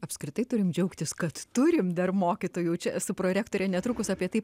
apskritai turim džiaugtis kad turim dar mokytojų čia su prorektore netrukus apie tai